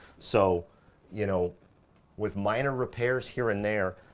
so you know with minor repairs here and there,